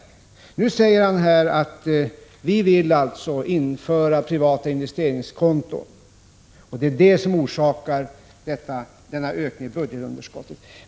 Han säger här att vi vill införa privata investeringskonton och att det är det som orsakar denna ökning i budgetunderskottet.